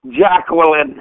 Jacqueline